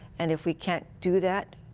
and if we can't do that,